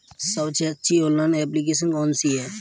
सबसे अच्छी online application कौन सी है?